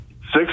six